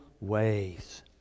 ways